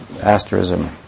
asterism